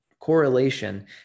correlation